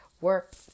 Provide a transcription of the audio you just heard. work